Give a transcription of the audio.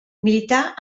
milità